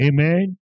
Amen